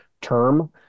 term